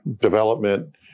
development